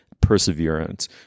perseverance